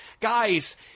guys